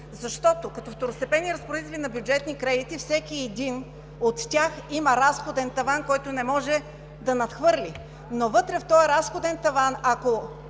защото като второстепенни разпоредители на бюджетни кредити всеки един от тях има разходен таван, който не може да надхвърли. Вътре в този разходен таван, ако